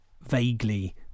vaguely